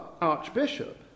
Archbishop